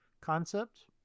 concept